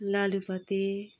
लालुपाते